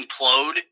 implode